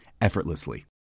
effortlessly